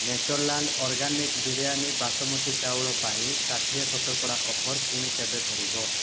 Natureland organic biryani basmati ଚାଉଳ ପାଇଁ ଷାଠିଏ ଶତକଡ଼ା ଅଫର୍ ପୁଣି କେବେ ଫେରିବ